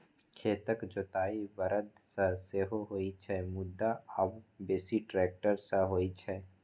खेतक जोताइ बरद सं सेहो होइ छै, मुदा आब बेसी ट्रैक्टर सं होइ छै